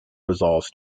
resolves